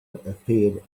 appeared